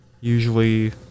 usually